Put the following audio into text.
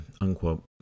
Unquote